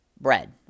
bread